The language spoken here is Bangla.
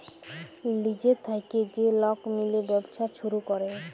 লিজের থ্যাইকে যে লক মিলে ব্যবছা ছুরু ক্যরে